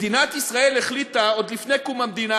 מדינת ישראל החליטה עוד לפני קום המדינה